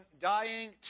dying